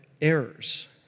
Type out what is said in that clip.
errors